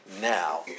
now